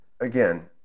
again